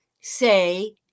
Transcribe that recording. say